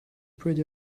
pretty